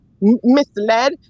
misled